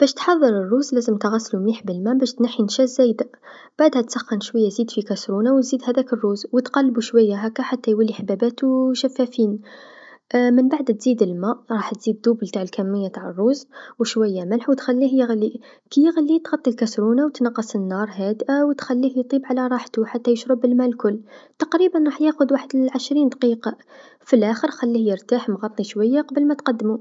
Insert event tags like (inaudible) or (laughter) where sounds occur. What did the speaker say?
باش تحضر الروز لازم تغسلو بالما باش تنحي النشا الزايده، بعدها تسخن شويا زيت في كاسرونا و تزيد هذاك الروز و تقلبو شويا هاكا حتى يولو حباباتو شفافين (hesitation) منبعد تزيد الما راح تزيد دوبل تع كمية نتاع الروز و شويا ملح و تخليه يغلي، كيغلي تغطي الكاسرونا و تنقص النار هادئه و تخليه يطيب على راحتو حتى يشرب الما الكل، تقريبا راح ياخذ وحد عشرين دقيقة، في لاخر يرتاح مغطي شويا قبل ما تقدمو.